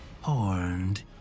horned